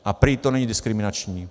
A prý to není diskriminační.